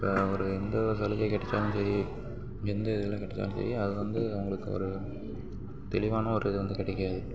வேற ஒரு எந்த ஒரு சலுகை கெடைச்சாலும் சரி எந்த இதில் கெடைச்சாலும் சரி அது வந்து அவங்களுக்கு ஒரு தெளிவான ஒரு இது வந்து கிடைக்காது